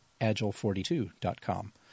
agile42.com